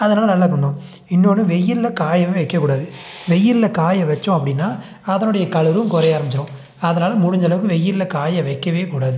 அதனால் நல்லா பண்ணும் இன்னொன்று வெயிலில் காயவே வைக்கக்கூடாது வெயிலில் காய வச்சோம் அப்படின்னா அதனுடைய கலரும் குறைய ஆரமிச்சிடும் அதனால் முடிஞ்சளவுக்கு வெயிலில் காய வைக்கவே கூடாது